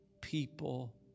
people